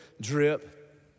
drip